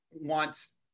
wants